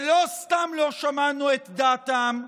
לא סתם לא שמענו את דעתם,